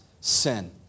sin